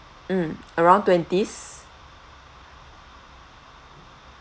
mm around twenties